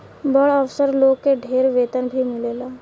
बड़ अफसर लोग के ढेर वेतन भी मिलेला